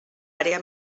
àrea